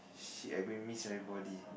shit I am going to miss everybody